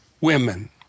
women